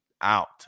out